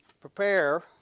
prepare